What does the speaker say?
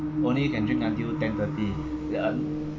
only can drink until ten thirty uh